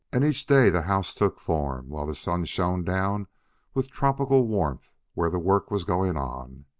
and each day the house took form, while the sun shone down with tropical warmth where the work was going on.